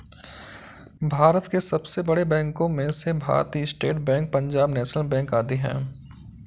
भारत के सबसे बड़े बैंको में से Bharatiya state bank, Punjab national bank आदि है